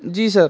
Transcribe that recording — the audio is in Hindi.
जी सर